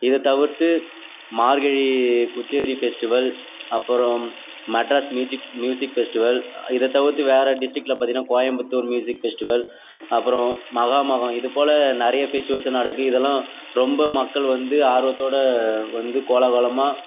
இதை தவிர்த்து மார்கழி குச்சேறி ஃபெஸ்டிவல் அப்புறம் மெட்ராஸ் மியூஜிக் மியூசிக் ஃபெஸ்டிவல் இத தவிர்த்து வேறு டிஸ்ட்டிகில் பார்த்தீங்கனா கோயம்புத்தூர் மியூசிக் ஃபெஸ்டிவல் அப்புறம் மகாமகம் இதுப்போல் நிறைய ஃபெஸ்டிவல்ஸ்லாம் நடக்கும் இதெல்லாம் ரொம்ப மக்கள் வந்து ஆர்வத்தோடய வந்து கோலாகலமாக